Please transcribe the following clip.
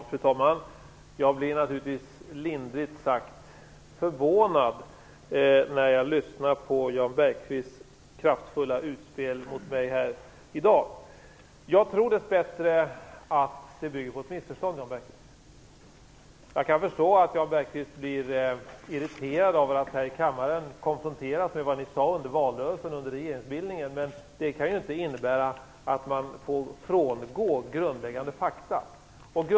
Fru talman! Jag blir naturligtvis lindrigt sagt förvånad när jag lyssnar på Jan Bergqvists kraftfulla utspel mot mig här i dag. Jag tror dess bättre att det bygger på ett missförstånd. Jag kan förstå att Jan Bergqvist blir irriterad över att här i kammaren konfronteras med vad ni sade under valrörelsen och under regeringsbildningen, men det kan inte innebära att man får frångå grundläggande fakta. Fru talman!